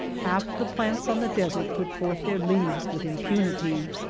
half the plants on the desert put forth their leaves with impunity.